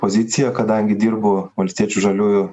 pozicija kadangi dirbu valstiečių žaliųjų